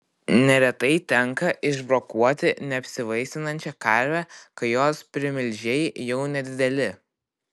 neretai tenka išbrokuoti neapsivaisinančią karvę kai jos primilžiai jau nedideli